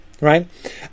right